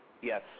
Yes